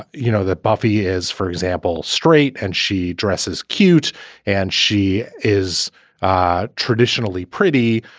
you know, that buffy is, for example, straight and she dresses cute and she is ah traditionally pretty.